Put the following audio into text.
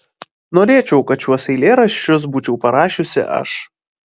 norėčiau kad šiuos eilėraščius būčiau parašiusi aš